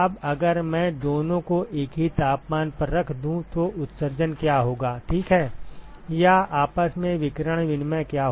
अब अगर मैं दोनों को एक ही तापमान पर रख दूं तो उत्सर्जन क्या होगा ठीक है या आपस में विकिरण विनिमय क्या होगा